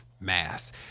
mass